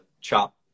chop